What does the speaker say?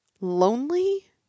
lonely